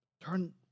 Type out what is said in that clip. Turn